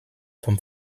vom